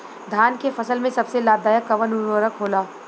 धान के फसल में सबसे लाभ दायक कवन उर्वरक होला?